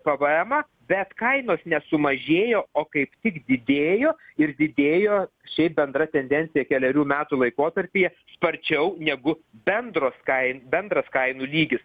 pvemą bet kainos nesumažėjo o kaip tik didėjo ir didėjo šiaip bendra tendencija kelerių metų laikotarpyje sparčiau negu bendros kainų bendras kainų lygis